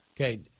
Okay